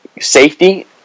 safety